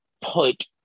put